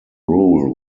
rule